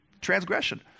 Transgression